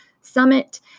Summit